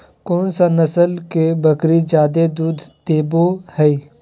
कौन सा नस्ल के बकरी जादे दूध देबो हइ?